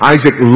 Isaac